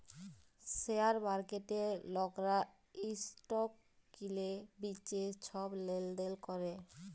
share মার্কেটে লকরা stock কিলে বিঁচে ছব লেলদেল ক্যরে